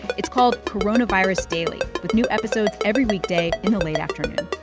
it's called coronavirus daily, with new episodes every weekday in the late afternoon